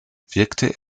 wirkte